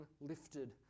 lifted